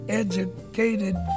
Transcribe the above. educated